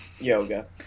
yoga